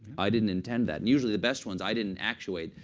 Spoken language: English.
i didn't intend that. usually the best ones, i didn't actuate,